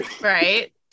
Right